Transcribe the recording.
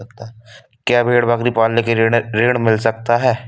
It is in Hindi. क्या भेड़ बकरी पालने के लिए ऋण मिल सकता है?